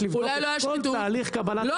לבדוק את כל תהליך קבלת ההחלטות --- וטוב שעושים את זה.